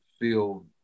feel